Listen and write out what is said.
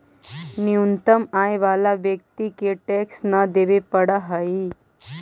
न्यूनतम आय वाला व्यक्ति के टैक्स न देवे पड़ऽ हई